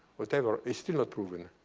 whatever, is still not proven.